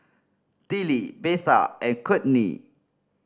Tillie Betha and Kourtney